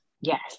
yes